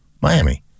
Miami